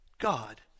God